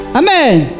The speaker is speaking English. amen